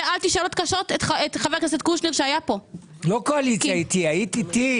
שאלתי שאלות קשות את חבר הכנסת קושניר שהיה פה יחד איתך